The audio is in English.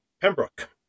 Pembroke